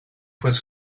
was